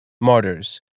martyrs